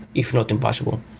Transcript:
if not impossible.